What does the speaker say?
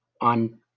on